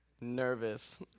nervous